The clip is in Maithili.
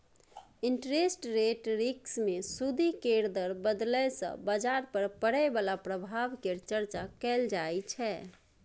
इंटरेस्ट रेट रिस्क मे सूदि केर दर बदलय सँ बजार पर पड़य बला प्रभाव केर चर्चा कएल जाइ छै